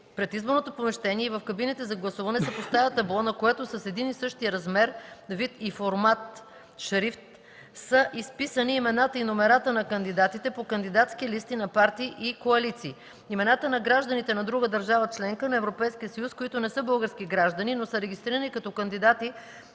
пред изборното помещение и в кабините за гласуване се поставя табло, на което с един и същи размер, вид и формат шрифт са изписани имената и номерата на кандидатите по кандидатски листи на партии и коалиции. Имената на гражданите на друга държава – членка на Европейския съюз, които не са български граждани, но са регистрирани като кандидати